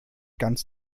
ganz